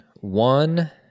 One